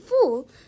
fool